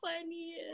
funny